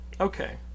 Okay